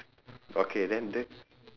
okay then then